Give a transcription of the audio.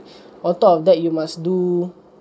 on top of that you must do